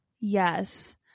Yes